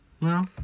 no